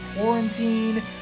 quarantine